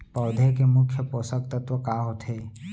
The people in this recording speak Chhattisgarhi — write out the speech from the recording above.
पौधे के मुख्य पोसक तत्व का होथे?